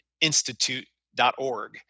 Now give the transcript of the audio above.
institute.org